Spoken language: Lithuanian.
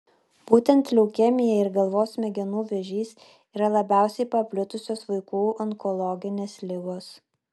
būtent leukemija ir galvos smegenų vėžys yra labiausiai paplitusios vaikų onkologinės ligos